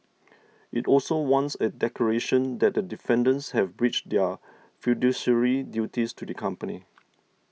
it also wants a declaration that the defendants have breached their fiduciary duties to the company